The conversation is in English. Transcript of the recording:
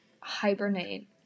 hibernate